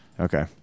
Okay